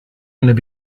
going